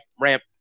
ramp